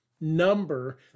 number